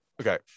okay